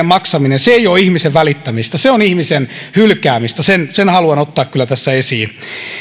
maksaminen ei ole ihmisestä välittämistä se on ihmisen hylkäämistä sen haluan ottaa kyllä tässä esiin